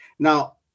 Now